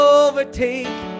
overtake